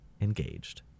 engaged